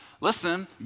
Listen